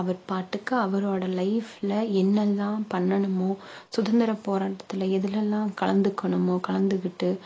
அவர்பாட்டுக்கு அவரோட லைஃப்ல என்னெல்லாம் பண்ணணுமோ சுதந்திர போராட்டத்தில் எதிலல்லாம் கலந்துக்கணுமோ கலந்துக்கிட்டு